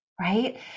right